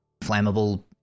flammable